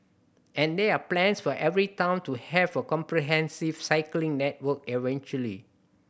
and there are plans for every town to have a comprehensive cycling network eventually